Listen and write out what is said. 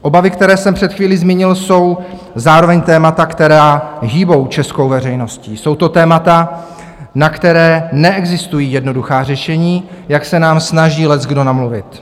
Obavy, které jsem před chvílí zmínil, jsou zároveň témata, která hýbou českou veřejností, jsou to témata, na která neexistují jednoduchá řešení, jak se nám snaží leckdo namluvit.